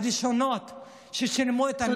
הראשונות לשלם את המחיר.